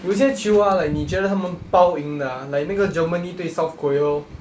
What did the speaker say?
有些球 ah like 你觉得他们包赢的 ah like 那个 germany 对 south korea lor